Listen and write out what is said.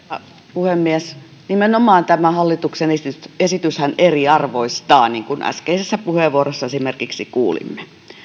puhemies nimenomaan tämä hallituksen esityshän eriarvoistaa niin kuin äskeisessä puheenvuorossa esimerkiksi kuulimme